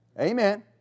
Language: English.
Amen